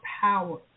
power